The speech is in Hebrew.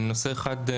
נושא אחד,